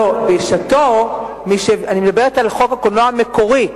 לא, אני מדברת על חוק הקולנוע המקורי.